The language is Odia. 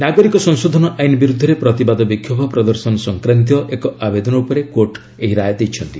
ନାଗରିକ ସଂଶୋଧନ ଆଇନ୍ ବିରୁଦ୍ଧରେ ପ୍ରତିବାଦ ବିକ୍ଷୋଭ ପ୍ରଦର୍ଶନ ସଂକ୍ରାନ୍ତୀୟ ଏକ ଆବେଦନ ଉପରେ କୋର୍ଟ ଏହି ରାୟ ଦେଇଛନ୍ତି